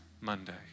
Monday